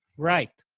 right.